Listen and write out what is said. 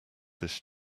this